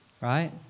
right